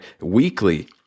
Weekly